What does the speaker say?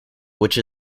which